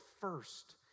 first